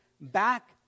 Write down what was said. back